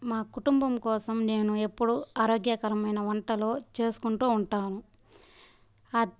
మా కుటుంబం కోసం నేను ఎప్పుడు ఆరోగ్యకరమైన వంటలు చేసుకుంటూ ఉంటాము